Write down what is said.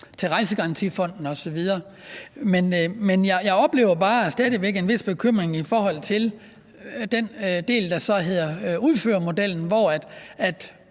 til Rejsegarantifonden osv. Men jeg oplever bare stadig væk en vis bekymring i forhold til den del, der så hedder at udføre modellen, når